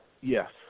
yes